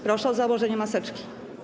Proszę o założenie maseczki.